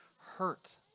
hurt